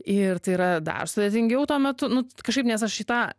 ir tai yra dar sudėtingiau tuo metu nu kažkaip nes aš į tą